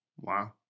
Wow